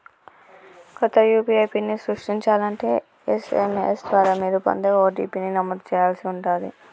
కొత్త యూ.పీ.ఐ పిన్ని సృష్టించాలంటే ఎస్.ఎం.ఎస్ ద్వారా మీరు పొందే ఓ.టీ.పీ ని నమోదు చేయాల్సి ఉంటాది